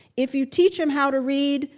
if you teach him how to read,